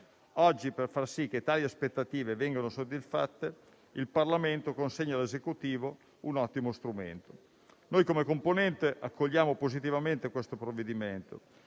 Oggi, per far sì che tali aspettative vengano soddisfatte, il Parlamento consegna all'Esecutivo un ottimo strumento. Noi, come componente, accogliamo positivamente questo provvedimento